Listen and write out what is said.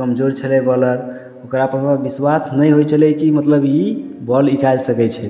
कमजोर छलै बॉलर ओकरा पर हमरा विश्वास नहि होइ छलै कि मतलब ई बॉल निकालि सकै छै